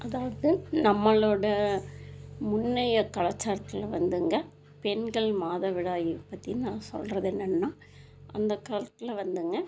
அதாவது நம்மளோடய முன்னைய கலாச்சாரத்தில் வந்துங்க பெண்கள் மாதவிடாய் பற்றி நான் சொல்கிறது என்னென்னா அந்தக் காலத்தில் வந்துங்க